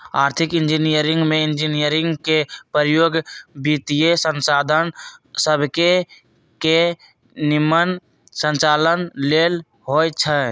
आर्थिक इंजीनियरिंग में इंजीनियरिंग के प्रयोग वित्तीयसंसाधन सभके के निम्मन संचालन लेल होइ छै